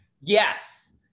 Yes